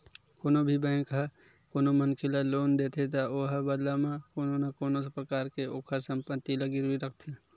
कोनो भी बेंक ह कोनो मनखे ल लोन देथे त ओहा बदला म कोनो न कोनो परकार ले ओखर संपत्ति ला गिरवी रखथे